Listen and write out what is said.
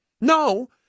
no